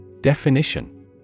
Definition